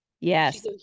Yes